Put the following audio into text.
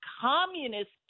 communist